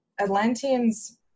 Atlanteans